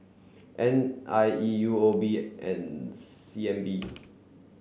N I E U O B and C N B